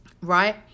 Right